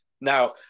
now